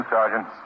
Sergeant